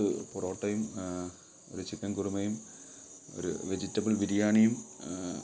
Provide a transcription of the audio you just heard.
പത്ത് പൊറോട്ടയും ഒരു ചിക്കൻ കുറുമയും ഒരു വെജിറ്റബിൾ ബിരിയാണിയും